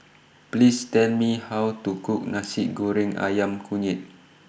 Please Tell Me How to Cook Nasi Goreng Ayam Kunyit